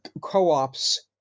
co-ops